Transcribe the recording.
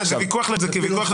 זה ויכוח לחינם.